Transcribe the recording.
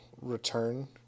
return